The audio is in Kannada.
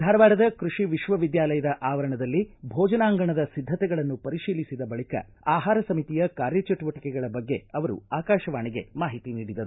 ಧಾರವಾಡದ ಕೃಷಿ ವಿಶ್ವವಿದ್ಯಾಲಯದ ಆವರಣದಲ್ಲಿ ಭೋಜನಾಂಗಣದ ಸಿದ್ಧತೆಗಳನ್ನು ಪರಿಶೀಲಿಸಿದ ಬಳಿಕ ಆಹಾರ ಸಮಿತಿಯ ಕಾರ್ಯಚಟುವಟಿಕೆಗಳ ಬಗ್ಗೆ ಅವರು ಆಕಾಶವಾಣಿಗೆ ಮಾಹಿತಿ ನೀಡಿದರು